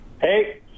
Hey